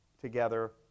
together